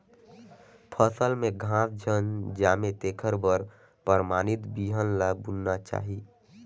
फसल में घास झन जामे तेखर बर परमानित बिहन ल बुनना चाही